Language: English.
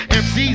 MC's